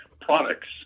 products